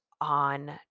on